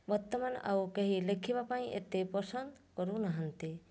ବର୍ତ୍ତମାନ ଆଉ କେହି ଲେଖିବା ପାଇଁ ଏତେ ପସନ୍ଦ କରୁ ନାହାନ୍ତି